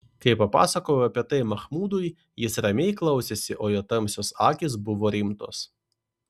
kai papasakojau apie tai machmudui jis ramiai klausėsi o jo tamsios akys buvo rimtos